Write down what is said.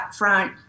upfront